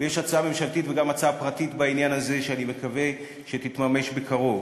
ויש הצעה ממשלתית וגם הצעה פרטית בעניין הזה שאני מקווה שתתממש בקרוב.